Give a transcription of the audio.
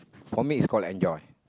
for me it's call enjoy